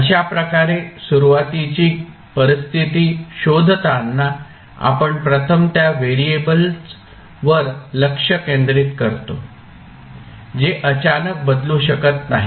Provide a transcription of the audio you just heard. अशाप्रकारे सुरुवातीची परिस्थिती शोधताना आपण प्रथम त्या व्हेरिएबल्स वर लक्ष केंद्रित करतो जे अचानक बदलू शकत नाहीत